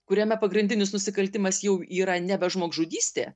kuriame pagrindinis nusikaltimas jau yra nebe žmogžudystė